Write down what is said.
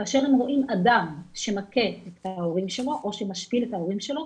כאשר הם רואים אדם שמכה את ההורים שלו או שמשפיל את ההורים שלו,